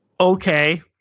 Okay